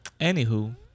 anywho